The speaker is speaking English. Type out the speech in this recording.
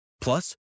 Plus